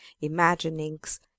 imaginings